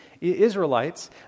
Israelites